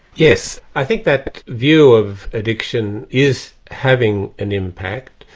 yes. i think that view of addiction is having an impact.